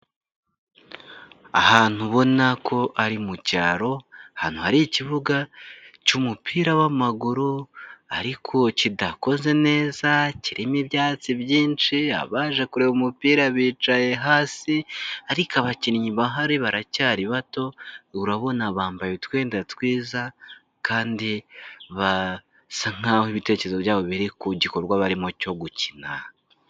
Ahantu ubona ko ari mu cyaro ahantu hari ikibuga cy'umupira w'amaguru ariko kidakoze neza kirimo ibyatsi byinshi, abaje kureba umupira bicaye hasi ariko abakinnyi bahari baracyari bato urabona bambaye utwenda twiza, kandi basa nk'aho ibitekerezo byabo biri ku gikorwa barimo cyo gukina.